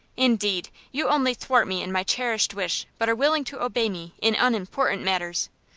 indeed! you only thwart me in my cherished wish, but are willing to obey me in unimportant matters.